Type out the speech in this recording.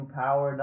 power